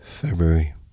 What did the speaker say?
February